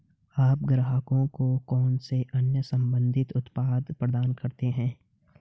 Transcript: आप ग्राहकों को कौन से अन्य संबंधित उत्पाद प्रदान करते हैं?